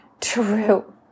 true